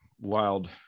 wild